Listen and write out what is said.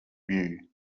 view